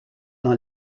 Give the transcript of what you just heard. dans